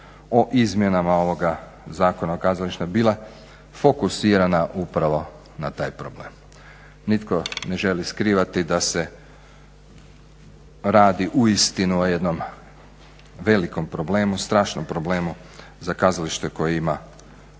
o izmjenama o Zakonu o kazalištu bila fokusirana upravo na taj problem. Nitko ne želi skrivati da se radi uistinu o jednom velikom problemu, strašnom problemu za kazalište koje ima